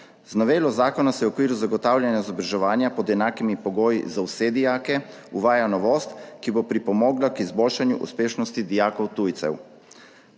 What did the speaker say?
Z novelo zakona se v okviru zagotavljanja izobraževanja pod enakimi pogoji za vse dijake uvaja novost, ki bo pripomogla k izboljšanju uspešnosti dijakov tujcev.